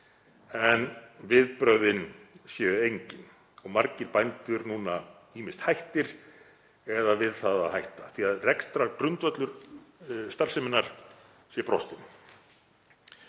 En viðbrögðin séu engin og margir bændur núna ýmist hættir eða við það að hætta, því rekstrargrundvöllur starfseminnar sé brostinn.